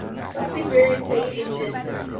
something very faint and distant,